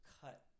cut